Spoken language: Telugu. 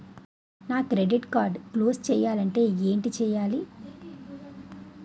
నా క్రెడిట్ కార్డ్ క్లోజ్ చేయాలంటే ఏంటి చేయాలి?